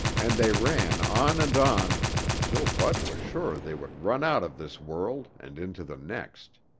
and they ran on and on until bud was sure they would run out of this world and into the next.